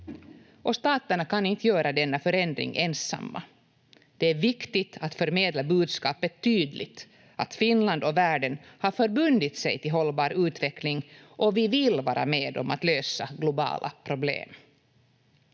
Staterna kan inte göra denna förändring ensamma. Det är viktigt att förmedla budskapet tydligt: att Finland och världen har förbundit sig till hållbar utveckling och vi vill vara med om att lösa globala problem.